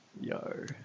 Yo